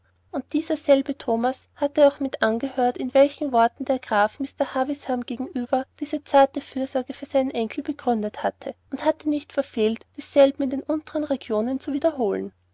und dieser selbe thomas hatte auch mit angehört in welchen worten der graf mr havisham gegenüber diese zarte fürsorge für seinen enkel begründet hatte und hatte nicht verfehlt dieselben in den unteren regionen zu wiederholen